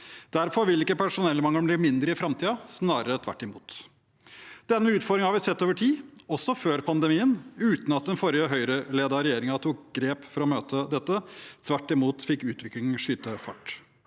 Derfor vil ikke personellmangelen bli mindre i framtiden, snarere tvert imot. Denne utfordringen har vi sett over tid, også før pandemien, uten at den forrige, Høyre-ledede, regjeringen tok grep for å møte dette. Tvert imot fikk utviklingen skyte fart.